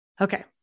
Okay